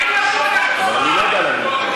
לדבר, אבל אני לא יודע להגיד,